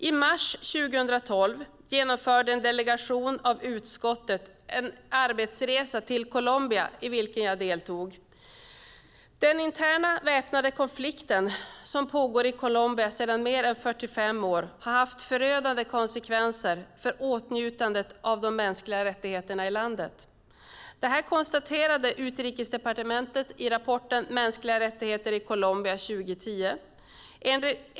I mars 2012 genomförde en delegation av utskottet en arbetsresa till Colombia i vilken jag deltog. Den interna väpnade konflikt som pågår i Colombia sedan mer än 45 år har haft förödande konsekvenser för åtnjutandet av mänskliga rättigheter i landet. Detta konstateras i Utrikesdepartementets rapport Mänskliga rättigheter i Colombia 2010 .